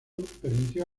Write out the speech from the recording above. permitió